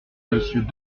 monsieur